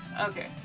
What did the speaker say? Okay